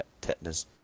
tetanus